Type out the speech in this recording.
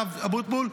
הרב אבוטבול,